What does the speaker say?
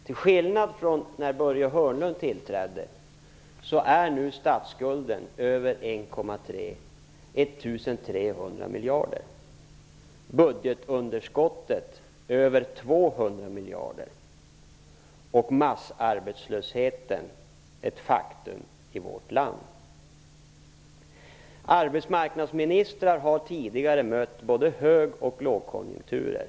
Till skillnad från när Börje Hörnlund tillträdde uppgår nu statsskulden till över 1 300 miljarder. Budgetunderskottet uppgår till över 200 miljarder, och massarbetslösheten är ett faktum. Arbetsmarknadsministrar har tidigare mött både hög och lågkonjunkturer.